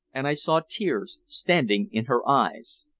and i saw tears standing in her eyes.